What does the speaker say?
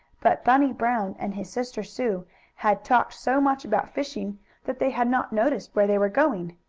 but bunny brown and his sister sue had talked so much about fishing that they had not noticed where they were going.